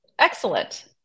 Excellent